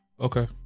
Okay